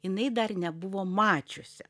jinai dar nebuvo mačiusi